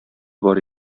бар